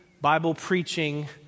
Bible-preaching